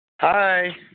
Hi